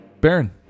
Baron